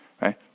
right